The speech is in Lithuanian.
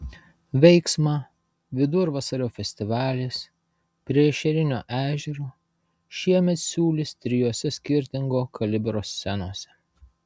veiksmą vidurvasario festivalis prie ešerinio ežero šiemet siūlys trijose skirtingo kalibro scenose